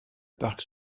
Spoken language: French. parc